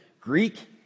Greek